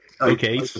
Okay